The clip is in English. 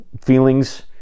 feelings